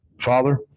father